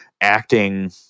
acting